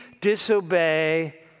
disobey